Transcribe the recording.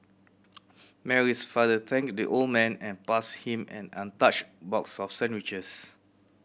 Mary's father thanked the old man and passed him an untouched box of sandwiches